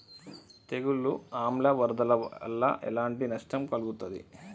తెగులు ఆమ్ల వరదల వల్ల ఎలాంటి నష్టం కలుగుతది?